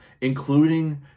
including